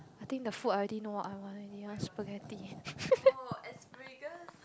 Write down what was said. I think the food I already know what I want already I want spaghetti